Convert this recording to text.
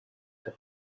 him